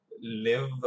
live